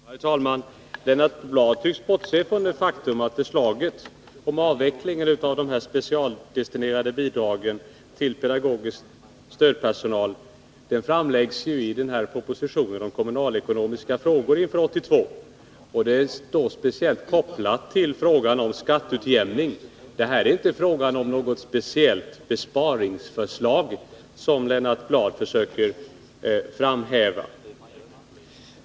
Herr talman! Lennart Bladh tycks bortse från det faktum att förslaget om avveckling av dessa specialdestinerade bidrag för pedagogisk stödpersonal framläggs i propositionen om kommunalekonomiska frågor inför år 1982. Förslaget är speciellt kopplat till frågan om skatteutjämning. Det är alltså inte något speciellt besparingsförslag, som Lennart Bladh försöker hävda.